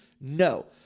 No